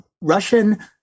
Russian